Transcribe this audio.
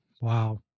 Wow